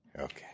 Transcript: Okay